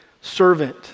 servant